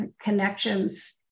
connections